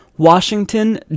Washington